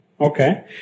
Okay